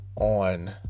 on